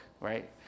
right